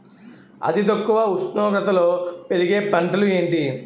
అతి తక్కువ ఉష్ణోగ్రతలో పెరిగే పంటలు ఏంటి?